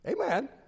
Amen